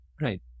Right